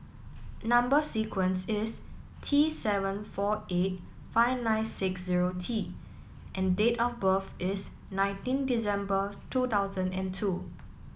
number sequence is T seven four eight five nine six zero T and date of birth is nineteen December two thousand and two